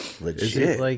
Legit